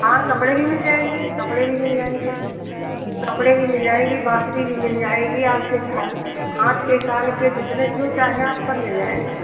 हाँ कपड़े भी मिल जाएँगे कपड़े भी मिल जाएँगे कपड़े भी मिल जाएँगे बाँसुड़ी भी मिल जाएगी आपके झाल हाथ के कान के जितने जो चाहें आप सब मिल जाएगा